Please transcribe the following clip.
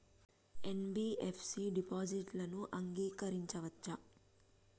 NBFC డిపాజిట్లను అంగీకరించవచ్చా?